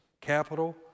capital